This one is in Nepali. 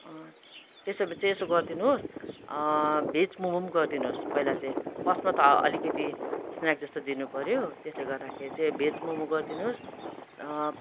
त्यसो भए चाहिँ यसो गरिदिनुहोस् भेज मोमो पनि गरिदिनुहोस् पहिला चाहिँ फर्स्टमा त अलिकति स्नाक्स जस्तो दिनुपर्यो त्यसले गर्दा चाहिँ भेज मोमो गरिदिनुहोस्